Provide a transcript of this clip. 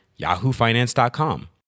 yahoofinance.com